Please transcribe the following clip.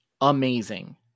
amazing